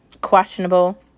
questionable